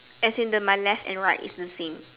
as in my left and right is the same